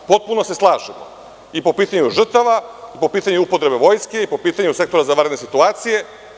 Potpuno se slažemo i po pitanju žrtava i po pitanju upotrebe Vojske i po pitanju Sektora za vanredne situacije.